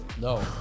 No